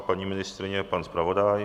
Paní ministryně, pan zpravodaj?